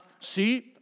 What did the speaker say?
see